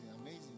amazing